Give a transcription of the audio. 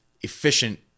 efficient